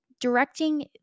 directing